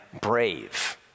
brave